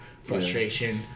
Frustration